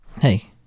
Hey